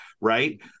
right